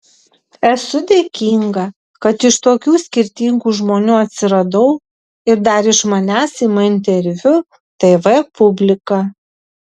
esu dėkinga kad iš tokių skirtingų žmonių atsiradau ir dar iš manęs ima interviu tv publika